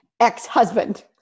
Ex-husband